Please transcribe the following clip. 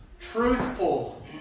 truthful